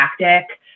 tactic